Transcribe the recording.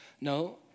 No